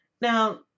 Now